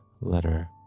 letter